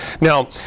now